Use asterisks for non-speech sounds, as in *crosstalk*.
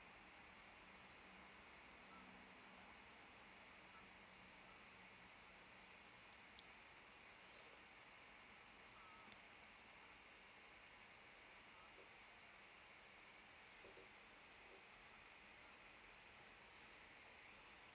*noise*